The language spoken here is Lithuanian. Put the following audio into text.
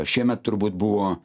šiemet turbūt buvo